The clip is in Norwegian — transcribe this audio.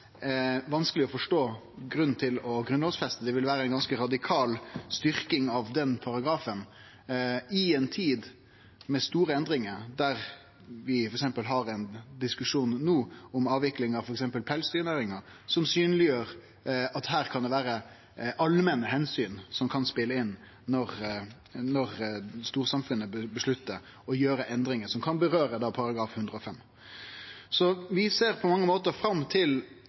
vanskeleg å forstå grunnen til å grunnlovfeste. Det ville vere ei ganske radikal styrking av den paragrafen i ei tid med store endringar – vi har no f.eks. ein diskusjon om avvikling av pelsdyrnæringa – som synleggjer at allmenne omsyn kan spele inn når storsamfunnet bestemmer at det skal gjerast endringar knytte til § 105. Dramatikken i ikkje å vedta dette er ikkje stor, bortsett frå at ein da